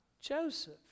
Joseph